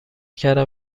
کردم